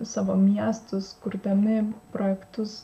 savo miestus kurdami projektus